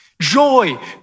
joy